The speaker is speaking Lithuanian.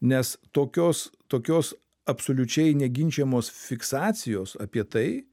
nes tokios tokios absoliučiai neginčijamos fiksacijos apie tai